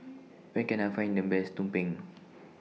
Where Can I Find The Best Tumpeng